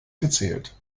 gezählt